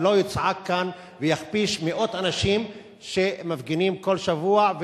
ולא יצעק כאן ויכפיש מאות אנשים שמפגינים כל שבוע,